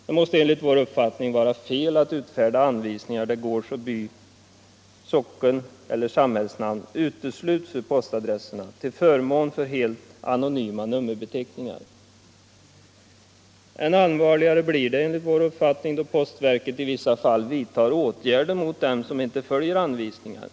Det måste enligt vår uppfattning vara fel att utfärda anvisningar, där gårds-, by-, sockeneller samhällsnamn utesluts ur postadressen till förmån för helt anonyma nummerbeteckningar. Än allvarligare blir det enligt vår mening då postverket i vissa fall vidtar åtgärder mot dem som inte följer anvisningarna.